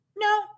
No